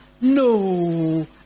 no